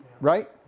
right